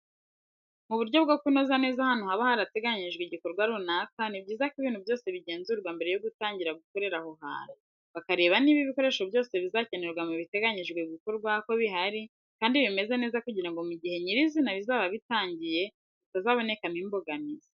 Mu buryo bwo kunoza neza ahantu haba harateganirijwe igikorwa runaka, ni byiza ko ibintu byose bigenzurwa mbere yo gutanguira gukorera aho hantu, bakareba niba ibikoresho byose bizakenerwa mu biteganijwe gukorwa ko bihari kandi bimeze neza kugirango mu gihe nyirizina bizaba bitangiye hatazabonekamo imbogamizi.